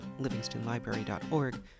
livingstonlibrary.org